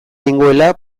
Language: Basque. nengoela